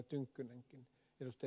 tynkkynenkin ed